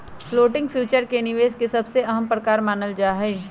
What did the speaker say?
commodity future के निवेश के सबसे अहम प्रकार मानल जाहई